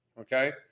okay